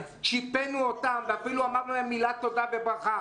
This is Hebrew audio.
שיפינו אותם ואפילו אמרנו להם מילת תודה וברכה.